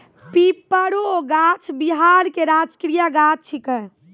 पीपर रो गाछ बिहार के राजकीय गाछ छिकै